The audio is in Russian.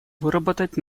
выработать